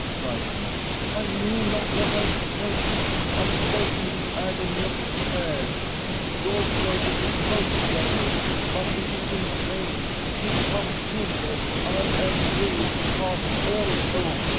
cried he i knew not what i said i spoke in the agony of despair your purpose is most generous but it is in vain you come too late i am ruined, past all hope.